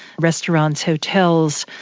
restaurants, hotels,